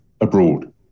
abroad